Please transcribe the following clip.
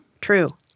True